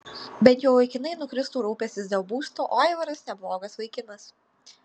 bent jau laikinai nukristų rūpestis dėl būsto o aivaras neblogas vaikinas